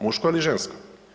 Muško ili žensko.